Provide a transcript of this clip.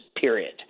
period